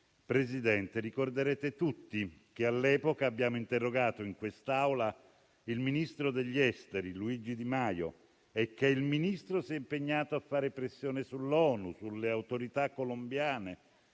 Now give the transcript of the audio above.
Presidente, ricorderete tutti che all'epoca abbiamo interrogato in quest'Aula il ministro degli esteri, Luigi Di Maio, e che egli si è impegnato a fare pressione sull'ONU, sulle autorità colombiane,